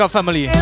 family